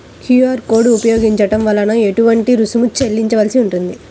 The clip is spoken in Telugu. క్యూ.అర్ కోడ్ ఉపయోగించటం వలన ఏటువంటి రుసుం చెల్లించవలసి ఉంటుంది?